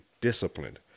disciplined